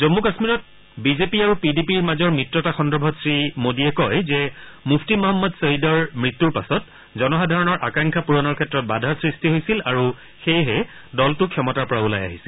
জম্মু কাশ্মীৰত বিজেপি আৰু পিডিপিৰ মাজৰ মিত্ৰতা সন্দৰ্ভত শ্ৰীমোডীয়ে কয় মুফ্টি মহম্মদ ছয়িদৰ মৃত্যুৰ পাছত জনসাধাৰণৰ আকাংক্ষা প্ৰণৰ ক্ষেত্ৰত বাধাৰ সৃষ্টি হৈছিল আৰু সেয়েহে দলটো ক্ষমতাৰ পৰা ওলাই আহিছিল